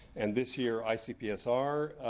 and this year icpsr